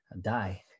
die